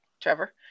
Trevor